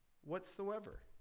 whatsoever